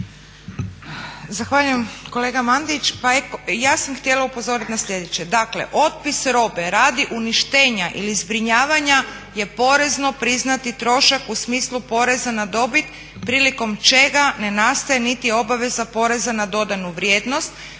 Zahvaljujem kolega Mandić, pa ja sam htjela upozoriti na sljedeće. Dakle otpis robe radi uništenja ili zbrinjavanja je porezno priznati trošak u smislu poreza na dobit prilikom čega ne nastaje niti obaveza poreza na dodanu vrijednost